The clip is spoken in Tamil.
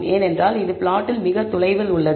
ஏனென்றால் இது பிளாட்டில் மிக தொலைவில் உள்ளது